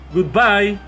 Goodbye